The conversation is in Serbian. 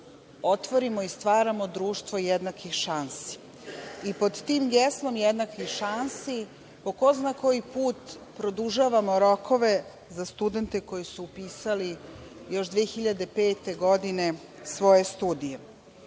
otvorimo i stvaramo društvo jednakih šansi. Pod tim geslom jednakih šansi po ko zna koji put produžavamo rokove za studente koji su upisali još 2005. godine svoje studije.